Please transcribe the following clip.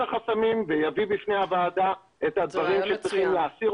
החסמים ויביא בפני הוועדה את הדברים שצריך להסיר